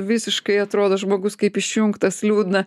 visiškai atrodo žmogus kaip išjungtas liūdna